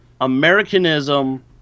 Americanism